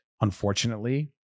unfortunately